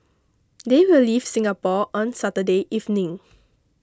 they will leave Singapore on Saturday evening